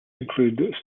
include